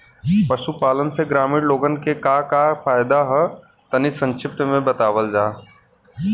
पशुपालन से ग्रामीण लोगन के का का फायदा ह तनि संक्षिप्त में बतावल जा?